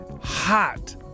hot